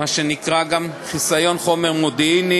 מה שנקרא גם "חסיון חומר מודיעיני".